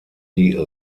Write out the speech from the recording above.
die